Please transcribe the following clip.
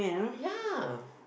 ya